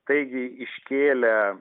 taigi iškėlę